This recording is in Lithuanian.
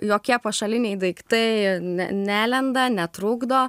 jokie pašaliniai daiktai ne nelenda netrukdo